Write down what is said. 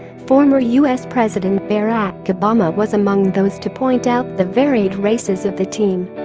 former us president barack obama was among those to point out the varied races of the team